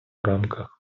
рамках